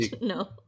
no